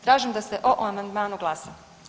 Tražim da se o amandmanu glasa.